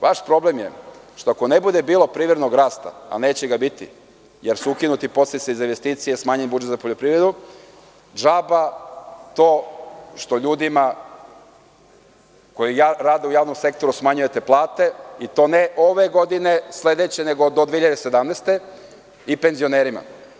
Vaš problem je što, ako ne bude bilo privrednog rasta, a neće ga biti jer su ukinuti podsticaji za investicije, smanjen budžet za poljoprivredu, džaba to što ljudima koji rade u javnom sektoru smanjujete plate i to ne ove godine, sledeće, nego do 2017. i penzionerima.